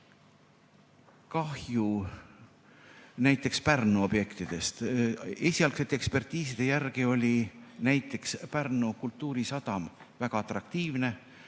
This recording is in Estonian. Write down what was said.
kahju näiteks Pärnu objektidest. Esialgsete ekspertiiside järgi oli näiteks Pärnu kultuurisadam väga atraktiivne,